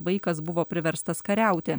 vaikas buvo priverstas kariauti